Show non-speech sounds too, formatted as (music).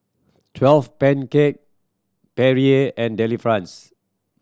twelve (unintelligible) Perrier and Delifrance